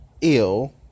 ill